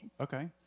Okay